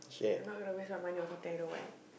I'm not gonna waste my money on something I don't want